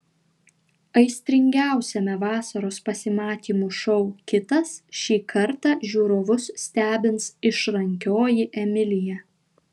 aistringiausiame vasaros pasimatymų šou kitas šį kartą žiūrovus stebins išrankioji emilija